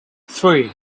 three